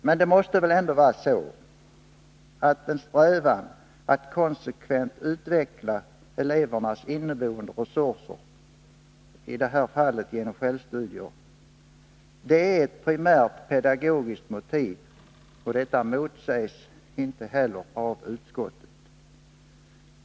Men det måste väl ändå vara så, att strävan att konsekvent utveckla elevernas inneboende resurser — i det här fallet genom självstudier — är ett primärt pedagogiskt motiv, och det motsägs inte heller av utskottet.